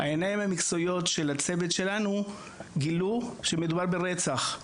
העיניים שלנו גילו שמדובר ברצח.